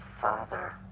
father